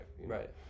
right